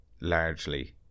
largely